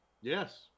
Yes